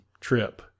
trip